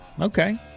Okay